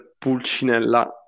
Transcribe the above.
Pulcinella